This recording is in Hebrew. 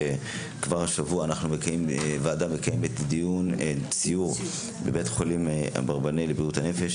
כבר השבוע הוועדה מקיימת סיור בבית החולים אברבנאל לבריאות הנפש.